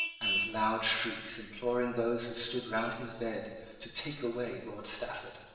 and with loud shrieks imploring those who stood round his bed to take away lord stafford.